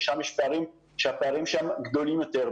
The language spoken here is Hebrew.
שם הפערים גדולים יותר,